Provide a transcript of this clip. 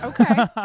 Okay